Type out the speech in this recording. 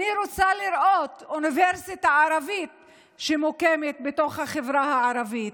אני רוצה לראות אוניברסיטה ערבית שמוקמת בחברה הערבית,